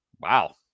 Wow